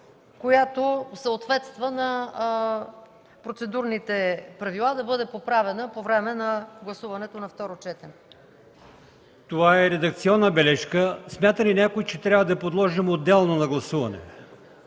която съответства на процедурните правила да бъде поправена по време на гласуването на второ четене. ПРЕДСЕДАТЕЛ АЛИОСМАН ИМАМОВ: Това е редакционна бележка. Смята ли някой, че трябва да я подложим отделно на гласуване?